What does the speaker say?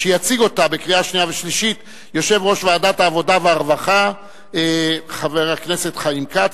אשר הוא חבר כנסת כבר,